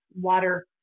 Water